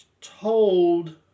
told